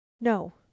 no